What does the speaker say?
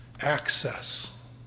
access